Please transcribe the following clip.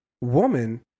woman